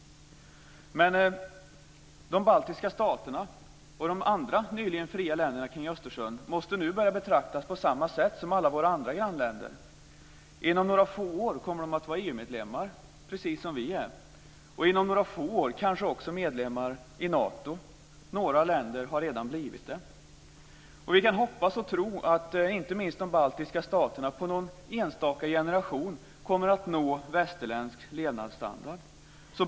De baltiska staterna och de andra nyligen fria länderna kring Östersjön måste nu börja betraktas på samma sätt som alla våra andra grannländer. Inom några få år kommer de att vara EU-medlemmar, precis som vi är. Inom några få år är de kanske också medlemmar i Nato. Några länder har redan blivit det. Vi kan hoppas och tro att inte minst de baltiska staterna på någon enstaka generation kommer att nå västerländsk levnadsstandard.